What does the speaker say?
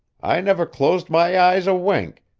i never closed my eyes a wink,